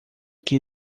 que